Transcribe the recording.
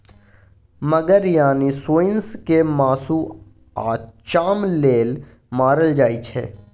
मगर यानी सोंइस केँ मासु आ चाम लेल मारल जाइ छै